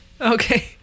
Okay